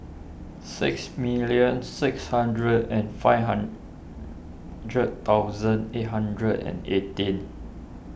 six million six hundred and five hundred thousand eight hundred and eighteen